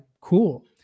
cool